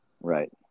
right